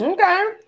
Okay